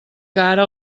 ara